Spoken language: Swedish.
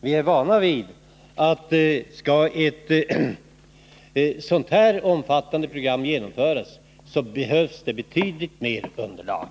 Vi är vana vid att om ett sådant här omfattande program skall genomföras, behövs betydligt större underlag.